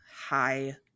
high